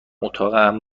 اتاقم